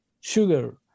sugar